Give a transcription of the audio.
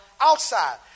outside